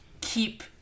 keep